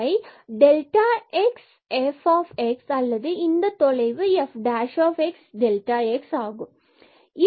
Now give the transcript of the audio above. delta x f x அல்லது இந்தத் தொலைவு fx ஆகும்